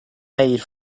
made